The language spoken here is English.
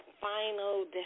final